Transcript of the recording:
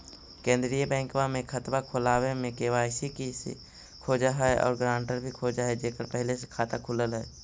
केंद्रीय बैंकवा मे खतवा खोलावे मे के.वाई.सी खोज है और ग्रांटर भी खोज है जेकर पहले से खाता खुलल है?